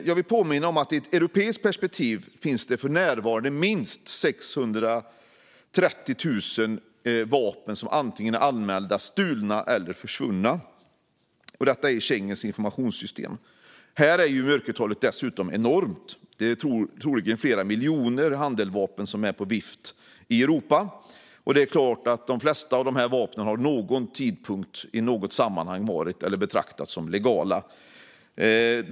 Jag vill påminna om att det i ett europeiskt perspektiv för närvarande finns minst 630 000 vapen som är anmälda som antingen stulna eller försvunna, enligt Schengens informationssystem. Mörkertalet är dessutom enormt; det är troligen flera miljoner handeldvapen som är på vift i Europa. De flesta av dessa vapen har vid någon tidpunkt och i något sammanhang varit eller betraktats som legala.